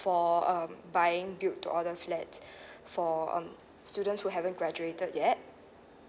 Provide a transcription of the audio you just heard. for um buying build to order flat for um students who haven't graduated yet